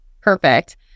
Perfect